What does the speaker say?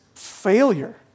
failure